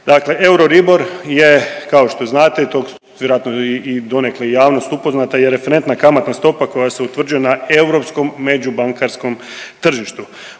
Dakle, EURIBOR je kao što znate to vjerojatno i donekle javnost upoznata je referentna kamatna stopa koja se utvrđuje na europskom međubankarskom tržištu.